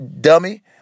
dummy